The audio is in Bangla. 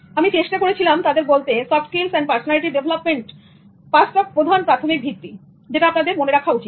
আমি চেষ্টা করেছিলাম তাদের বলতে সফট স্কিলস এবং পারসোনালিটি ডেভেলপমেন্ট পাঁচটা প্রধান প্রাথমিক ভিত্তি যেটা আপনাদের মনে রাখা উচিত